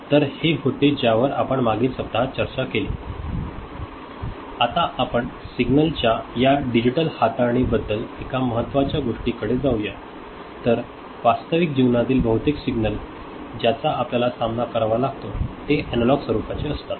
तर हे होते ज्यावर आपण मागील सप्ताहात चर्चा केली आता आपण सिग्नलच्या या डिजिटल हाताळणीबद्दल एका महत्वाच्या गोष्टीकडे जाऊया तर वास्तविक जीवनातील बहुतेक सिग्नल ज्याचा आपल्याला सामना करावा लागला आहे ते अॅनालॉग स्वरूपाचे असतात